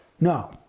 No